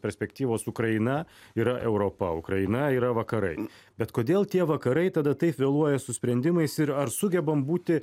perspektyvos ukraina yra europa ukraina yra vakarai bet kodėl tie vakarai tada taip vėluoja su sprendimais ir ar sugebam būti